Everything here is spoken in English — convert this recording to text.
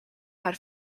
had